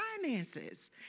finances